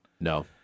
No